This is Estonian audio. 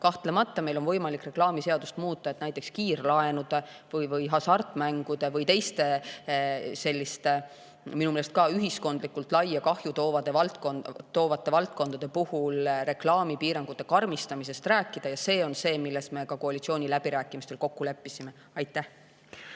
Kahtlemata on meil võimalik reklaamiseadust muuta, et näiteks kiirlaenude või hasartmängude või teiste selliste minu meelest ühiskondlikult laia kahju toovate valdkondade puhul reklaamipiirangute karmistamisest rääkida. See on see, milles me ka koalitsiooniläbirääkimistel kokku leppisime. Andre